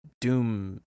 Doom